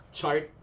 Chart